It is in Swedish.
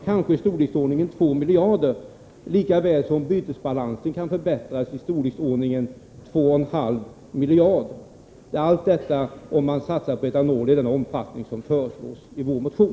Det innebär också att bytesbalansen kan förbättras i storleksordningen 1742 miljard. Allt detta kan bli följden om man satsar på etanol i den omfattning som föreslås i vår motion.